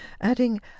adding